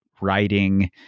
writing